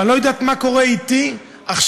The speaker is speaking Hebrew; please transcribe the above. ואני לא יודעת מה קורה אתי עכשיו,